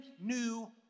new